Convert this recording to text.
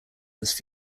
this